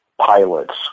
pilots